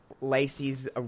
Lacey's